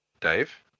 Dave